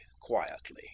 quietly